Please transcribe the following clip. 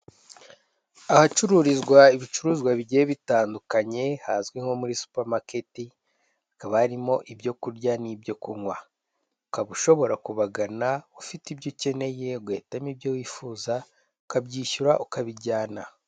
Ahacururizwa ibicuruzwa bigiye bitandukanye hazwi nko muri supamaketi, hakaba harimo ibyo kurya n'ibyo kunywa, ukaba ushobora kubagana ufite ibyo ukeneye, ugahitamo ibyo wifuza ukabyishyura ukabijyana.